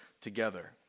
together